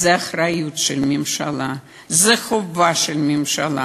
זה האחריות של ממשלה, זה חובה של ממשלה.